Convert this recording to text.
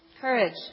courage